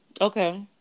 Okay